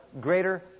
greater